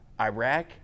Iraq